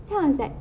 then I was like